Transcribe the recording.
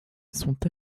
sont